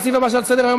לסעיף הבא שעל סדר-היום,